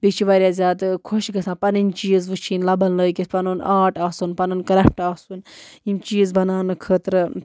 بیٚیہِ چھِ واریاہ زیادٕ خۄش گژھان پَنٕنۍ چیٖز وٕچھِنۍ لَبَن لٲگِتھ پَنُن آرٹ آسُن پَنُن کرٛیفٹ آسُن یِم چیٖز بناونہٕ خٲطرٕ